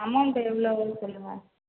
amount எவ்வளவுன்னு சொல்லுங்கள்